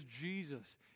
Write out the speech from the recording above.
Jesus